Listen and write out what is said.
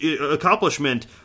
accomplishment